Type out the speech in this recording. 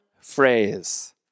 phrase